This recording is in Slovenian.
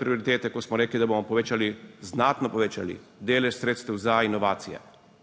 prioritete, ko smo rekli, da bomo povečali, znatno povečali delež sredstev za inovacije.